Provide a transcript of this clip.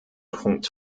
punkt